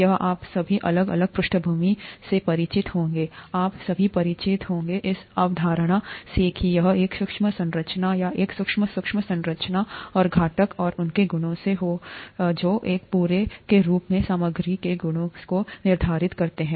यह आप सभी अलग अलग पृष्ठभूमि से परिचित होंगे आप सभीपरिचित होंगे इस अवधारणा सेकि यह एक सूक्ष्म संरचना या एक सूक्ष्म सूक्ष्म संरचना और घटक और उनके गुण हैं जो एक पूरे के रूप में सामग्रियों के गुणों को निर्धारित करते हैं